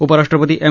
उपराष्ट्रपती एम